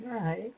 Right